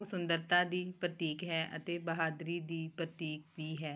ਉਹ ਸੁੰਦਰਤਾ ਦੀ ਪ੍ਰਤੀਕ ਹੈ ਅਤੇ ਬਹਾਦਰੀ ਦੀ ਪ੍ਰਤੀਕ ਵੀ ਹੈ